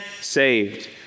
saved